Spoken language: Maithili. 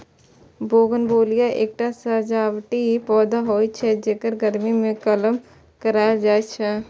बोगनवेलिया एकटा सजावटी पौधा होइ छै, जेकर गर्मी मे कलम लगाएल जाइ छै